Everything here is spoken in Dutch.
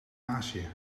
azië